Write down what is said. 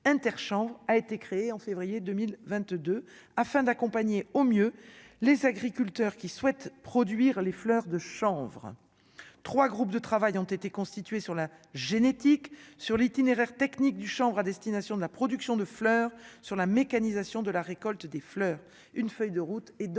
Inter chambre a été créé en février 2022 afin d'accompagner au mieux les agriculteurs qui souhaitent produire les fleurs de chanvre, 3 groupes de travail ont été constitués sur la génétique sur l'itinéraire technique du chambre à destination de la production de fleurs sur la mécanisation de la récolte des fleurs, une feuille de route est donc en